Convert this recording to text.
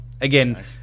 Again